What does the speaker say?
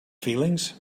feelings